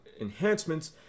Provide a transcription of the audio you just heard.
enhancements